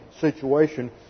situation